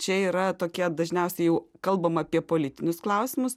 čia yra tokia dažniausiai jau kalbama apie politinius klausimus